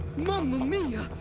mamma mia,